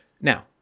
Now